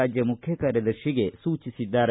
ರಾಜ್ಯ ಮುಖ್ಯ ಕಾರ್ಯದರ್ಶಿಗೆ ಸೂಚಿಸಿದ್ದಾರೆ